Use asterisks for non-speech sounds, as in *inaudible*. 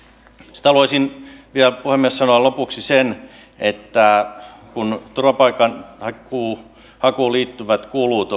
sitten haluaisin vielä puhemies sanoa lopuksi sen että kun turvapaikanhakuun liittyvät kulut *unintelligible*